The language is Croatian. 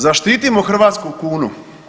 Zaštitimo hrvatsku kunu.